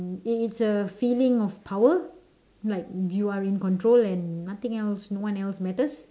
it's a feeling of power like you are in control and nothing else no one else matters